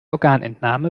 organentnahme